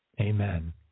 Amen